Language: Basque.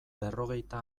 berrogeita